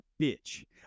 bitch